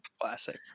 Classic